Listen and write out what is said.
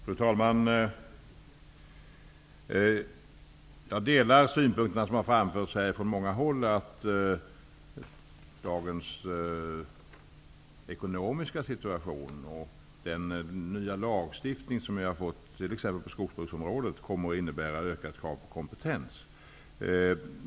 Fru talman! Jag delar de synpunkter som har framförts från många håll här, bl.a. att dagens ekonomiska situation och den nya lagstiftningen på t.ex. skogsbruksområdet kommer att innebära ökade krav på kompetens.